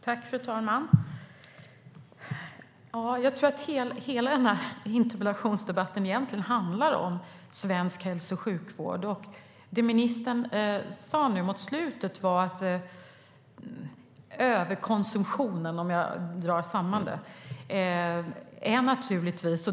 Fru talman! Jag tror att hela den här interpellationsdebatten egentligen handlar om svensk hälso och sjukvård. Det ministern sa nu mot slutet var att överkonsumtionen, om jag drar samman det, är ett problem.